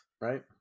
Right